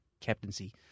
captaincy